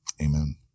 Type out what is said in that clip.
Amen